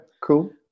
Cool